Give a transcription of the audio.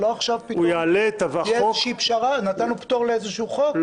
שלא עכשיו פתאום תהיה איזושהי פשרה נתנו פטור לאיזשהו חוק,